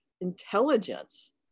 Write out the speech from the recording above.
intelligence